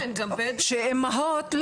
שאימהות,